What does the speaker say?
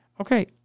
okay